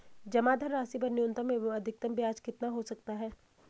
जमा धनराशि पर न्यूनतम एवं अधिकतम ब्याज कितना हो सकता है?